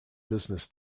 business